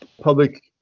public